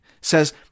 says